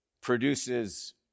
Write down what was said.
produces